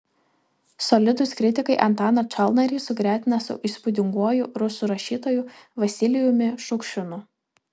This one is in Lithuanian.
solidūs kritikai antaną čalnarį sugretina su įspūdinguoju rusų rašytoju vasilijumi šukšinu